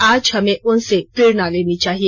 आज हमें उनसे प्रेरणा लेनी है